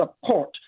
support